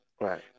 Right